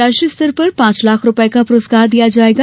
राष्ट्रीय स्तर पर पांच लाख रूपये का पुरस्कार दिया जायेगा